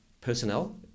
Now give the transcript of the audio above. personnel